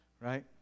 right